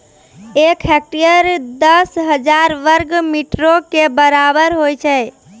एक हेक्टेयर, दस हजार वर्ग मीटरो के बराबर होय छै